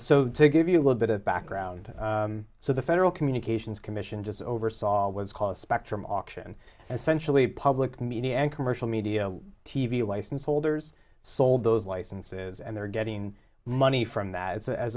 to give you a little bit of background so the federal communications commission just oversaw was called spectrum auction and centrally public media and commercial media t v license holders sold those licenses and they're getting money from that as